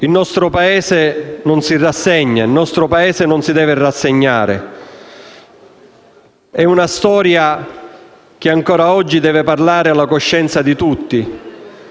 Il nostro Paese non si rassegna, non si deve rassegnare. È una storia che ancora oggi deve parlare alla coscienza di tutti.